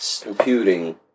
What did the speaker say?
Computing